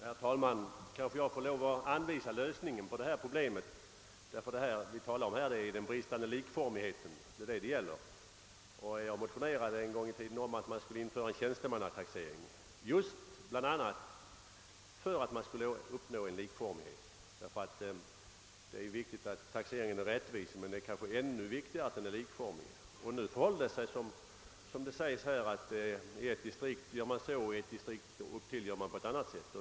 Herr talman! Kanske jag får lov att anvisa lösningen på detta problem. Vad vi här talar om är den bristande likformigheten. Jag har en gång i tiden motionerat om att man skulle införa en tjänstemannataxering bl.a. just för att uppnå likformighet. Det är viktigt att taxeringen är rättvis, men det är kanske ännu viktigare att den är likformig. Nu förhåller det sig så — som här har nämnts — att man i ett distrikt gör på ett sätt och i annat på ett annat sätt.